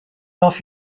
off